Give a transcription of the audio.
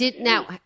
Now